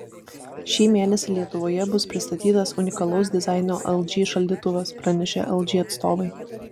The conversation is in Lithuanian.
šį mėnesį lietuvoje bus pristatytas unikalaus dizaino lg šaldytuvas pranešė lg atstovai